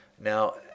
Now